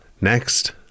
Next